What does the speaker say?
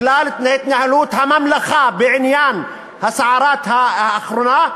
בגלל התנהלות הממלכה בעניין הסערה האחרונה,